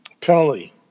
penalty